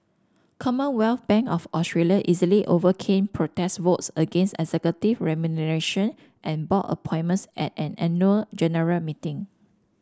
Commonwealth Bank of Australia easily overcame protest votes against executive remuneration and board appointments at an annual general meeting